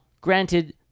granted